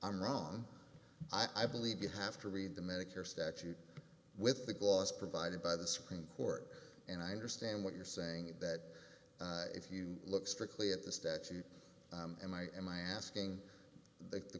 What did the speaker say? i'm wrong i believe you have to read the medicare statute with the gloss provided by the supreme court and i understand what you're saying that if you look strictly at the statute and i and my asking the